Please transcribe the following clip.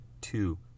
two